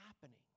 happening